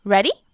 Ready